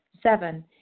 Seven